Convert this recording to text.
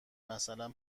مثلا